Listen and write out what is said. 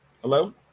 Hello